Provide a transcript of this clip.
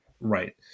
right